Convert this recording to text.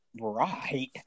Right